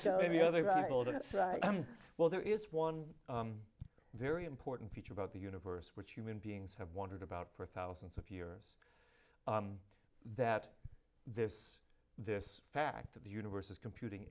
that well there is one very important feature about the universe which human beings have wondered about for thousands of years that this this fact of the universe is computing